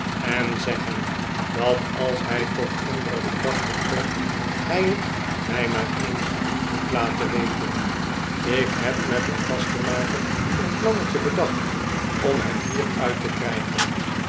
en zeg hem dat als hij tot andere gedachten komt hij het mij maar eens moet laten weten ik heb met een kastenmaker een plannetje bedacht om hem hier uitte krijgen